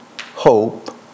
hope